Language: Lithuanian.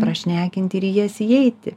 prašnekinti ir į jas įeiti